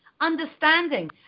understanding